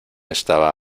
estaba